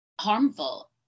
harmful